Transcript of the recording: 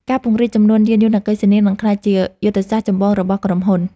ការពង្រីកចំនួនយានយន្តអគ្គិសនី នឹងក្លាយជាយុទ្ធសាស្ត្រចម្បងរបស់ក្រុមហ៊ុន។